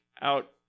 out